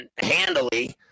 handily